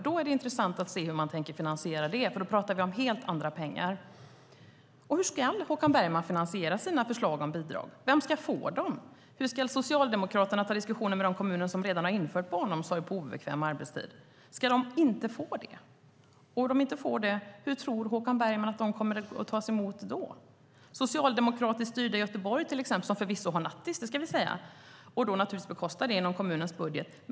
Då är det intressant att se hur man tänker finansiera det hela, för då talar vi om helt andra pengar. Hur ska Håkan Bergman finansiera sina förslag om bidrag? Vem ska få dem? Hur ska Socialdemokraterna ta diskussionen med de kommuner som redan har infört barnomsorg på obekväm arbetstid? Ska de inte få bidrag? Om de inte får det - hur tror Håkan Bergman att det kommer att tas emot? Det gäller till exempel det socialdemokratiskt styrda Göteborg som förvisso har nattis - det ska sägas - och som naturligtvis bekostar det inom kommunens budget.